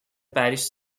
parish